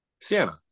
sienna